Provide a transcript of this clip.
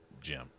Jim